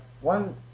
one